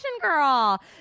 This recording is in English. girl